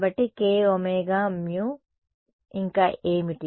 కాబట్టి kωμ ఇంకా ఏమిటి